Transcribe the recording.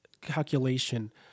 calculation